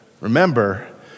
remember